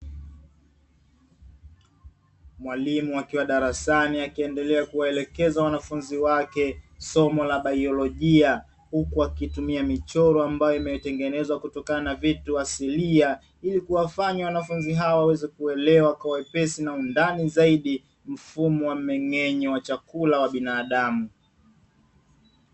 Mwalimu akiwa darasani akiendelea kuwaelekeza wanafunzi wake, somo la baiolojia huku akitumia michoro ambayo imetengenezwa kwa kutumia vitu asilia, kuwafanya wanafunzi hao waweze kuelewa kwa undani na wepesi zaidi mfumo wa mmeng'enyo wa chakula wa binadamu.